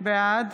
בעד